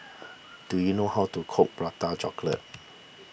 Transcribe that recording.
do you know how to cook Prata Chocolate